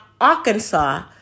Arkansas